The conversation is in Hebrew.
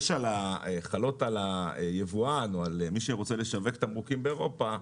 על היבואן או על מי שרוצה לשווק תמרוקים באירופה,